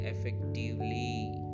effectively